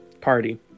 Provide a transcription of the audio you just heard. party